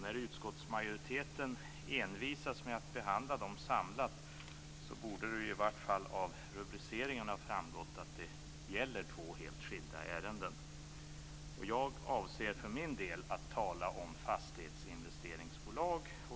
När utskottsmajoriteten envisas med att behandla dem samlat borde det i varje fall av rubriceringen ha framgått att det gäller två helt skilda ärenden. Jag avser för min del att tala om fastighetsinvesteringsbolag.